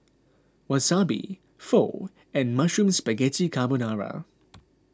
Wasabi Pho and Mushroom Spaghetti Carbonara